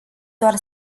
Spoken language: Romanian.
doar